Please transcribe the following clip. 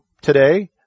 today